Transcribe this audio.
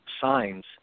signs